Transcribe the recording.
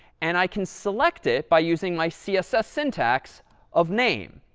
and i can select it by using my css syntax of name.